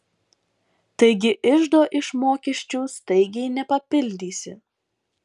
taigi iždo iš mokesčių staigiai nepapildysi